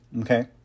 okay